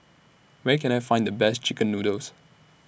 Where Can I Find The Best Chicken Noodles